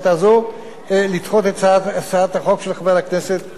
לדחות את הצעת החוק של חבר הכנסת אבישי ברוורמן.